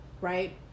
right